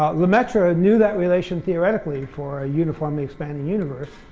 ah lemaitre knew that relation theoretically for a uniformly-expanding universe,